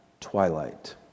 twilight